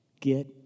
Get